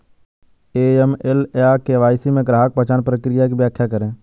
AML या KYC में ग्राहक पहचान प्रक्रिया की व्याख्या करें?